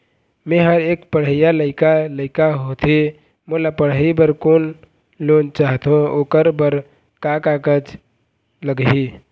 मेहर एक पढ़इया लइका लइका होथे मोला पढ़ई बर लोन चाहथों ओकर बर का का कागज लगही?